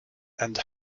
and